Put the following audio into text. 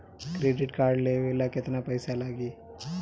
Credit card लेवे ला केतना पइसा लागी?